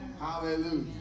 hallelujah